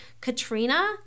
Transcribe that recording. Katrina